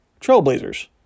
Trailblazers